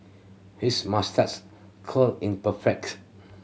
his moustache curl in perfect